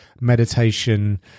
meditation